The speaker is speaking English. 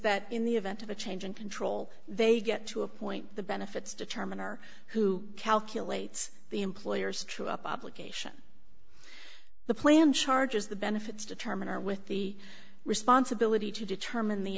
that in the event of a change in control they get to a point the benefits determine or who calculates the employer's true up obligation the plan charges the benefits determine are with the responsibility to determine the